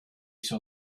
saw